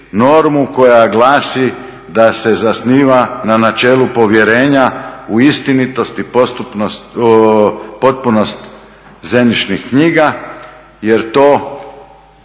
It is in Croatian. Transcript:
koja glasi da se zasniva na načelu povjerenja u istinitost i potpunost zemljišnih knjiga jer to